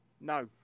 No